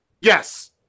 Yes